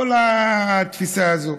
כל התפיסה הזאת,